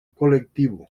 colectivo